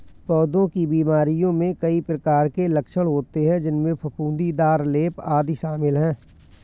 पौधों की बीमारियों में कई प्रकार के लक्षण होते हैं, जिनमें फफूंदीदार लेप, आदि शामिल हैं